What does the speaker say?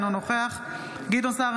אינו נוכח גדעון סער,